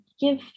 give